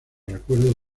recuerdos